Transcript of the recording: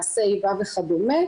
מעשי איבה וכדומה.